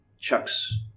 Chuck's